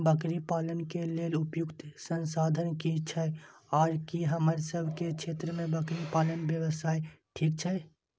बकरी पालन के लेल उपयुक्त संसाधन की छै आर की हमर सब के क्षेत्र में बकरी पालन व्यवसाय ठीक छै?